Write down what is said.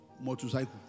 motorcycle